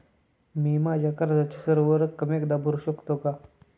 मी माझ्या कर्जाची सर्व रक्कम एकदा भरू शकतो का?